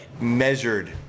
measured